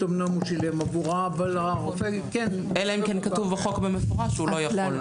אמנם הוא שילם עבורה --- אלא אם כן כתוב בחוק במפורש שהוא לא יכול.